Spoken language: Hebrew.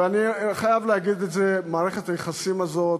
אני חייב להגיד את זה, מערכת היחסים הזאת